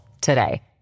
today